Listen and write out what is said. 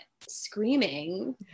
screaming